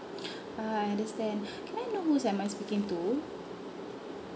uh I understand can I know who's am I speaking to